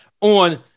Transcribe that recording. on